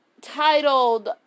titled